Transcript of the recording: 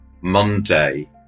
Monday